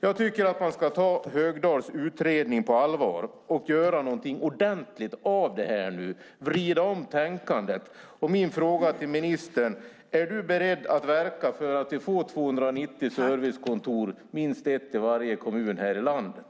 Jag tycker att man ska ta Högdahls utredning på allvar och göra någonting ordentligt av detta. Vrid om tänkandet! Min fråga till ministern är: Är du beredd att verka för att vi får 290 servicekontor, minst ett i varje kommun, här i landet?